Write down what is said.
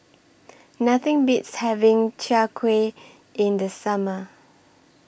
Nothing Beats having Chai Kuih in The Summer